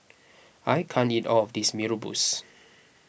I can't eat all of this Mee Rebus